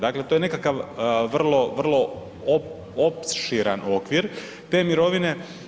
Dakle to je nekakav vrlo opširan okvir te mirovine.